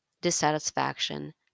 dissatisfaction